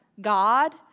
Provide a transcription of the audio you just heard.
God